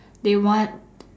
they want